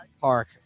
Park